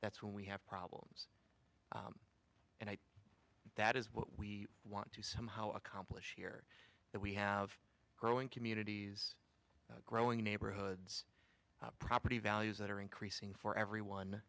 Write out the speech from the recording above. that's when we have problems and that is what we want to somehow accomplish here that we have growing communities growing neighborhoods property values that are increasing for everyone